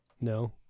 No